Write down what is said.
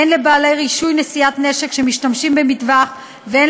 הן לבעלי רישוי לנשיאת נשק שמשתמשים בו במטווח והן